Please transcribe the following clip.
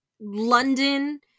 London